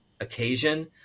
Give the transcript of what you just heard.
occasion